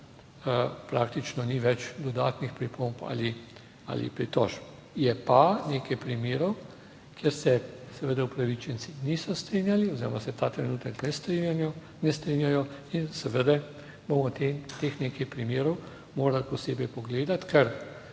praktično ni več dodatnih pripomb ali pritožb. Je pa nekaj primerov, kjer se seveda upravičenci niso strinjali oziroma se ta trenutek ne strinjajo in seveda bomo teh nekaj primerov morali posebej pogledati,